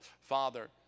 Father